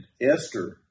Esther